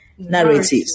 Narratives